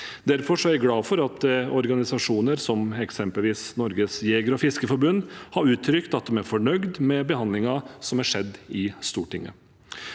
Derfor er jeg glad for at organisasjoner som eksempelvis Norges Jeger- og Fiskerforbund har uttrykt at de er fornøyd med behandlingen som er skjedd i Stortinget.